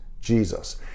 Jesus